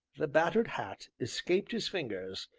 the battered hat escaped his fingers,